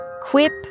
Quip